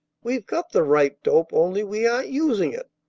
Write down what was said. we've got the right dope only we aren't using it.